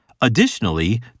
Additionally